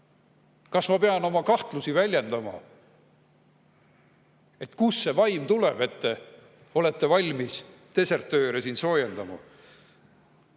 Kas ma pean oma kahtlusi väljendama, kust see vaim tuleb, et te olete valmis desertööre soojendama?